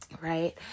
right